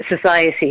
society